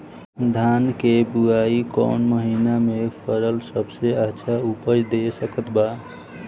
धान के बुआई कौन महीना मे करल सबसे अच्छा उपज दे सकत बा?